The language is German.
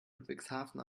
ludwigshafen